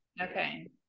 Okay